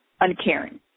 uncaring